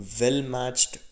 well-matched